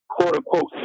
quote-unquote